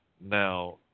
now